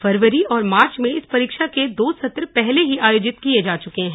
फरवरी और मार्च में इस परीक्षा के दो सत्र पहले ही आयोजित किए जा चुके हैं